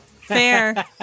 Fair